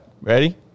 ready